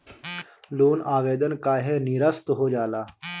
Loan आवेदन काहे नीरस्त हो जाला?